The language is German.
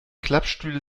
klappstühle